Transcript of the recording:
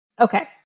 Okay